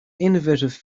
innovative